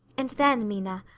and then, mina,